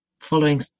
following